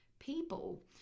people